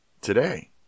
today